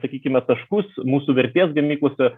sakykime taškus mūsų vertės gamyklose